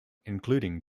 including